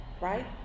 right